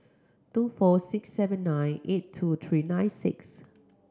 two four six seven nine eight two three nine six